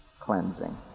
cleansing